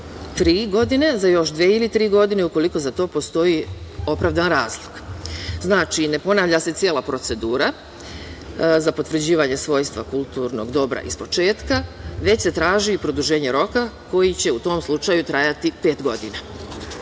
godine, a za još dve ili tri godine ukoliko za to postoji opravdan razlog. Znači, ne ponavlja se cela procedura za potvrđivanje svojstva kulturnog dobra ispočetka, već se traži produženje roka koji će u tom slučaju trajati pet